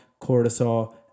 cortisol